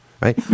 right